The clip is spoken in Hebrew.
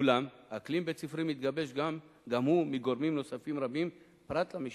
אולם אקלים בית-ספרי מתגבש גם הוא מגורמים נוספים רבים פרט למשמעת,